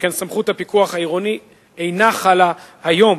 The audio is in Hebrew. שכן סמכות הפיקוח העירוני אינה חלה היום